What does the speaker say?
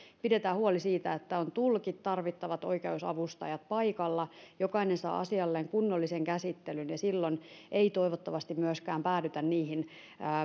pidetään huoli siitä että on tulkit ja tarvittavat oikeusavustajat paikalla jokainen saa asialleen kunnollisen käsittelyn silloin ei toivottavasti myöskään päädytä niihin